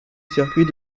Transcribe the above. circuit